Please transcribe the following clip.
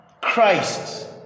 Christ